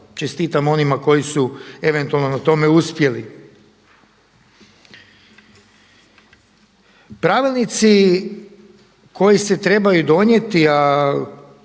Čestitam onima koji su eventualno na tome uspjeli. Pravilnici koji se trebaju donijeti